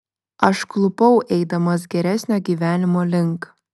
aš klupau eidamas geresnio gyvenimo link